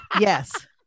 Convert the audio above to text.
yes